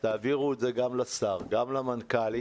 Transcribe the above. תעבירו את זה גם לשר וגם למנכ"ל.